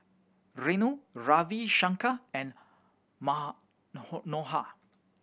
Renu Ravi Shankar and